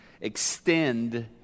extend